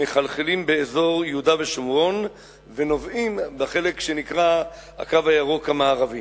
הם מחלחלים באזור יהודה ושומרון ונובעים בחלק שנקרא "הקו הירוק" המערבי,